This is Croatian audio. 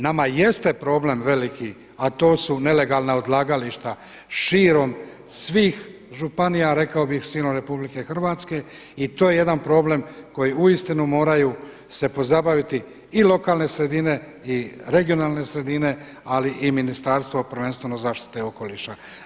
Nama jeste problem veliki a to su nelegalna odlagališta širom svih županija rekao bih širom RH i to je jedan problem koji uistinu moraju se pozabaviti i lokalne sredine i regionalne sredine ali i Ministarstvo prvenstveno zaštite okoliša.